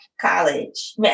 college